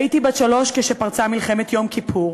הייתי בת שלוש כשפרצה מלחמת יום כיפור.